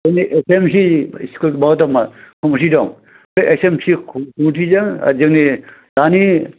S M C school माबा दं committee दं बे एस एम सि कमिटिजों जोंनि दानि